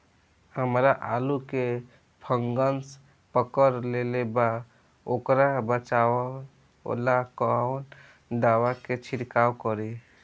हमरा आलू में फंगस पकड़ लेले बा वोकरा बचाव ला कवन दावा के छिरकाव करी?